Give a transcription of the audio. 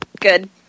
Good